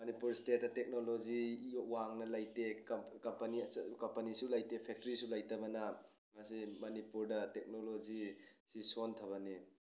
ꯃꯅꯤꯄꯨꯔ ꯁꯇꯦꯠꯇ ꯇꯦꯛꯅꯣꯂꯣꯖꯤ ꯋꯥꯡꯅ ꯂꯩꯇꯦ ꯀꯝꯄꯅꯤꯁꯨ ꯂꯩꯇꯦ ꯐꯦꯛꯇꯔꯤꯁꯨ ꯂꯩꯇꯕꯅ ꯉꯁꯤ ꯃꯅꯤꯄꯨꯔꯗ ꯇꯦꯛꯅꯣꯂꯣꯖꯤꯁꯤ ꯁꯣꯟꯊꯕꯅꯤ